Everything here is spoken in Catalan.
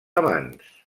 amants